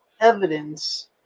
evidence